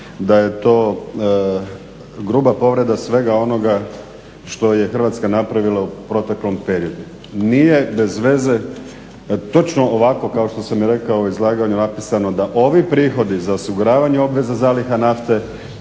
da je to gruba povreda svega onoga što je Hrvatska napravila u proteklom periodu. Nije bezveze točno ovako kao što sam i rekao izlaganje napisano da ovi prihodi za osiguravanje obveza zaliha nafte